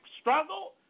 struggle